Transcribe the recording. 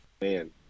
man